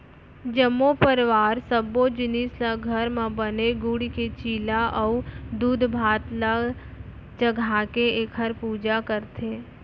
जम्मो परवार सब्बो जिनिस ल घर म बने गूड़ के चीला अउ दूधभात ल चघाके एखर पूजा करथे